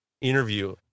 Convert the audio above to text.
interview